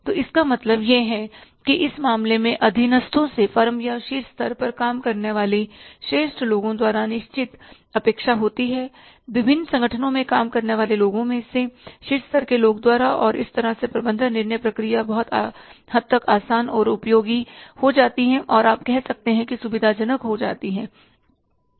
तो इसका मतलब यह है कि इस मामले मेंअधीनस्थों से फर्म या शीर्ष स्तर पर काम करने वाले श्रेष्ठ लोगों द्वारा निश्चित अपेक्षा होती है विभिन्न संगठनों में काम करने वाले लोगों में से शीर्ष स्तर के लोग द्वारा और इस तरह से प्रबंधन निर्णय प्रक्रिया बहुत हद तक आसान और उपयोगी हो जाती है और आप कह सकते हैं कि सुविधाजनक हो जाती है